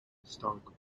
historical